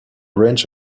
range